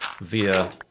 via